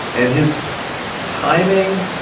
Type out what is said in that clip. and his timing,